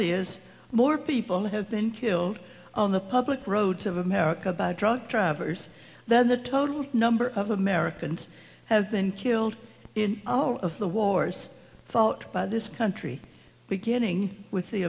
ears more people have been killed on the public roads of america about truck drivers than the total number of americans have been killed in all of the wars fought by this country beginning with the